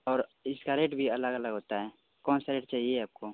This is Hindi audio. और इसका रेट भी अलग अलग होता है कौन सा रेट चाहिए आपको